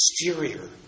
exterior